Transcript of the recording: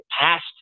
past